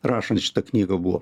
rašant šitą knygą buvo